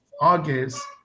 August